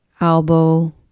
elbow